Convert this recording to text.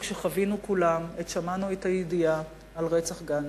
שחווינו כולנו עת שמענו את הידיעה על רצח גנדי,